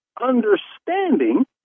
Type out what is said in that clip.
understanding